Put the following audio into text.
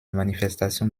manifestations